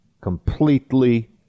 completely